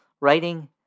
Writing